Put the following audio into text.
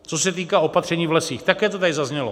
Co se týká opatření v lesích, také to tady zaznělo.